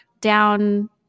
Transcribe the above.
down